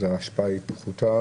אז ההשפעה היא פחותה?